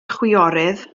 chwiorydd